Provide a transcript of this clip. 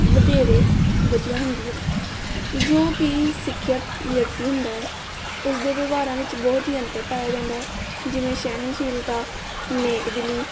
ਵਧੇਰੇ ਵਧੀਆ ਹੁੰਦੀ ਹੈ ਜੋ ਕਿ ਸਿੱਖਿਅਤ ਵਿਅਕਤੀ ਹੁੰਦਾ ਹੈ ਉਸ ਦੇ ਵਿਵਹਾਰਾਂ ਵਿੱਚ ਬਹੁਤ ਹੀ ਅੰਤਰ ਪਾਇਆ ਜਾਂਦਾ ਹੈ ਜਿਵੇਂ ਸਹਿਣਸ਼ੀਲਤਾ ਨੇਕ ਦਿਲੀ